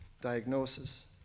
diagnosis